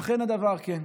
אך אין הדבר כן.